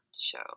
show